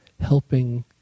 helping